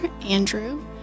Andrew